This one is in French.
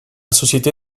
société